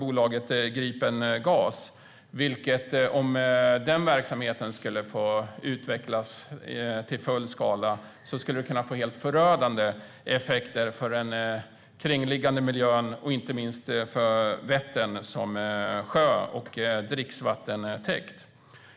Om den verksamheten skulle få utvecklas i full skala skulle det få helt förödande effekter för den kringliggande miljön och inte minst för Vättern som sjö och dricksvattentäkt.